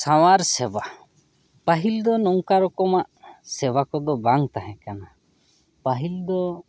ᱥᱟᱶᱟᱨ ᱥᱮᱵᱟ ᱯᱟᱹᱦᱤᱞ ᱫᱚ ᱱᱚᱝᱠᱟ ᱨᱚᱠᱚᱢᱟᱜ ᱥᱮᱵᱟ ᱠᱚᱫᱚ ᱵᱟᱝ ᱛᱟᱦᱮᱸ ᱠᱟᱱᱟ ᱯᱟᱹᱦᱤᱞ ᱫᱚ